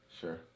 Sure